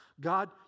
God